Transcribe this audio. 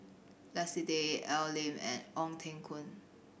Leslie Tay Al Lim and Ong Teng Koon